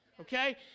Okay